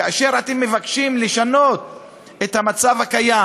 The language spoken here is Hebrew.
כאשר אתם מבקשים לשנות את המצב הקיים